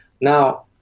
Now